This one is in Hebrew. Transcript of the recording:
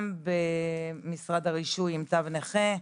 גם במשרד הרישוי עם תו נכה,